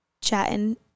chatting